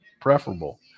preferable